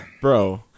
Bro